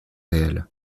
réel